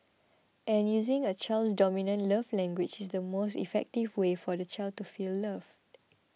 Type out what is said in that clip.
and using a child's dominant love language is the most effective way for the child to feel loved